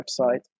website